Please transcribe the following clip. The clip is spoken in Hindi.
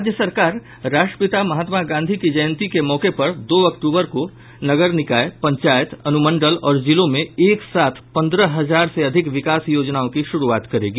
राज्य सरकार राष्ट्रपिता महात्मा गांधी की जयंती के मौके पर दो अक्टूबर को नगर निकाय पंचायत अनुमंडल और जिलों में एक साथ पंद्रह हजार से अधिक विकास योजनाओं की शुरूआत करेगी